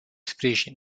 sprijin